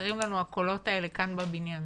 שחסרים לנו הקולות האלה כאן בבניין.